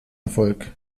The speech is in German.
erfolg